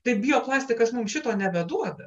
taip bioplastikas mums šito nebeduoda